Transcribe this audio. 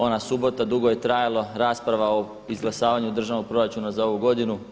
Ona subota, dugo je trajala rasprava o izglasavanju državnog proračuna za ovu godinu.